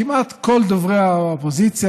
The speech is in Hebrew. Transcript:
כמעט כל דוברי האופוזיציה,